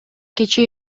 кечээ